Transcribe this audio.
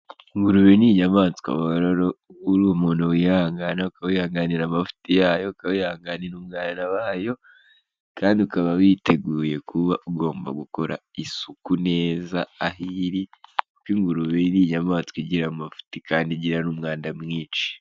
Ingurube ni inyamaswa worora uri umuntu wihangana, ukaba wihanganira amafuti yayo, ukaba wihanganira umwanda wayo kandi ukaba witeguye kuba ugomba gukora isuku neza aho iri kuko ingurube ni inyamaswa igira amafuti kandi igira n'umwanda mwinshi.